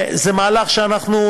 זה מהלך שאנחנו,